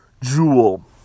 Jewel